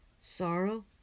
Sorrow